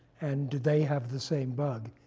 and do they have the same bug?